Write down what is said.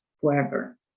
forever